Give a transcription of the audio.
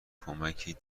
کمکی